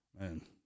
man